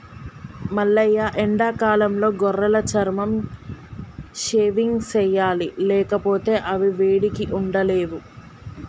మల్లయ్య ఎండాకాలంలో గొర్రెల చర్మం షేవింగ్ సెయ్యాలి లేకపోతే అవి వేడికి ఉండలేవు